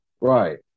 Right